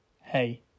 hey